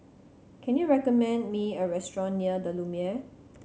can you recommend me a restaurant near The Lumiere